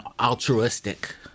altruistic